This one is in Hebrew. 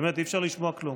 באמת, אי-אפשר לשמוע כלום.